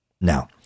Now